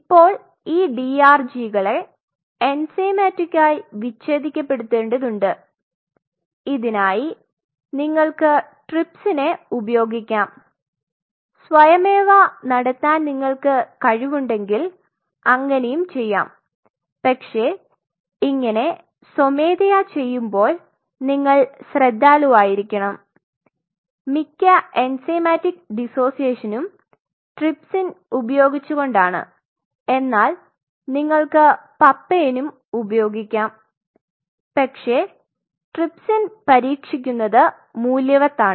ഇപ്പോൾ ഈ DRG കളെ എൻസൈമാറ്റിക്കായി വിച്ഛേദിക്കപ്പെടുത്തെണ്ടതുണ്ട് ഇതിനായി നിങ്ങൾക്ക് ട്രിപ്സിനെ ഉപയോഗികാം സ്വയമേവ നടത്താൻ നിങ്ങൾക്ക് കഴിവുണ്ടെങ്കിൽ അങ്ങനെയും ചെയ്യാം പക്ഷേ ഇങ്ങനെ സ്വമേധയാ ചെയ്യുമ്പോൾ നിങ്ങൾ ശ്രദ്ധാലുവായിരിക്കണം മിക്ക എൻസൈമാറ്റിക് ഡിസോസിയേഷനും ട്രിപ്സിൻ ഉപയോഗിച്ചുകൊണ്ടാണ് എന്നാൽ നിങ്ങൾക് പപൈനും ഉപയോഗികാം പക്ഷേ ട്രിപ്സിൻ പരീക്ഷിക്കുന്നത് മൂല്യവത്താണ്